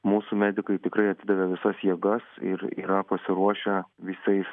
mūsų medikai tikrai atidavė visas jėgas ir yra pasiruošę visais